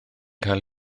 cael